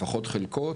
לפחות חלקו,